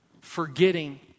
forgetting